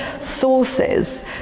sources